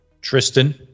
Tristan